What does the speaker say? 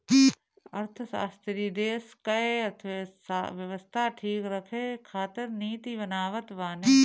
अर्थशास्त्री देस कअ अर्थव्यवस्था ठीक रखे खातिर नीति बनावत बाने